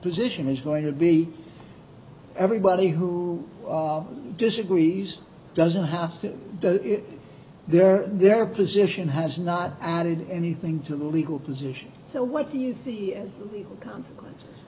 position is going to be everybody who disagrees doesn't have to does it their their position has not added anything to the legal position so what do you see as a consequence